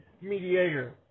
mediator